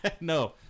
No